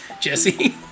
jesse